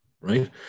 right